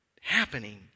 happening